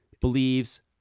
believes